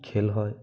খেল হয়